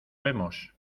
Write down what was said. vemos